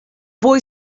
boy